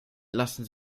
lassen